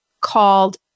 called